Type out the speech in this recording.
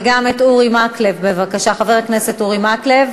וגם את חבר הכנסת אורי מקלב.